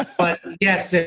but yes.